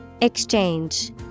Exchange